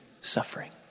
suffering